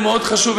הוא מאוד חשוב,